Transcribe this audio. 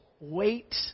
wait